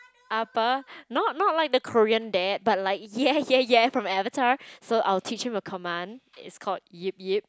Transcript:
Appa not not like the Korean dad but like ya ya ya from Avatar so I will teach him a command it's called yip yip